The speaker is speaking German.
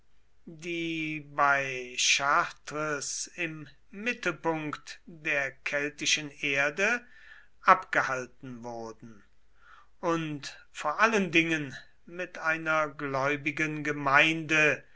die bei chartres im mittelpunkt der keltischen erde abgehalten wurden und vor allen dingen mit einer gläubigen gemeinde